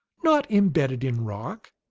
not embedded in rock,